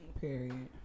period